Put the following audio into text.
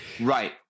Right